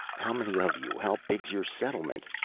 how many of you. how big's your settlement?